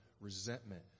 resentment